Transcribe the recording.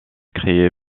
créé